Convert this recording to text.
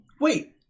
Wait